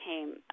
came